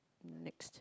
next